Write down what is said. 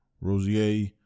Rosier